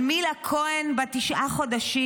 על מילה כהן, בת התשעה חודשים,